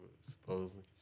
supposedly